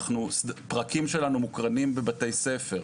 פרקים שלנו מוקרנים בבתי ספר,